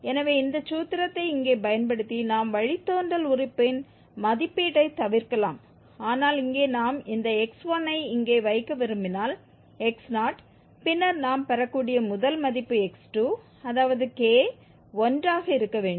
எனவே இந்த சூத்திரத்தை இங்கே பயன்படுத்தி நாம் வழித்தோன்றல் உறுப்பின் மதிப்பீட்டை தவிர்க்கலாம் ஆனால் இங்கே நாம் இந்த x1 ஐ இங்கே வைக்க விரும்பினால் x0 பின்னர் நாம் பெறக்கூடிய முதல் மதிப்பு x2 அதாவது k 1 ஆக இருக்க வேண்டும்